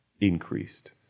increased